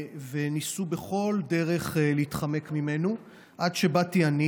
וניסו בכל דרך להתחמק ממנו, עד שבאתי אני